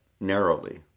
narrowly